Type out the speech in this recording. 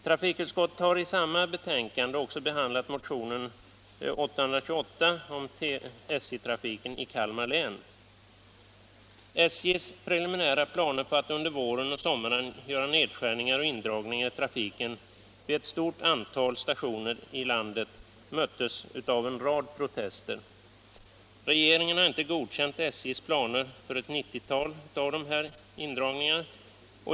Trafikutskottet har i samma betänkande behandlat motionen 1976/77:828 om SJ-trafiken i Kalmar län. SJ:s preliminära planer på att under våren och sommaren göra nedskärningar och indragningar i trafiken vid ett stort antal stationer i landet möttes av en rad protester. Regeringen har inte godkänt SJ:s planer för ett nittiotal av de här indragningarna.